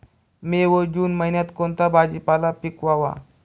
मे व जून महिन्यात कोणता भाजीपाला पिकवावा?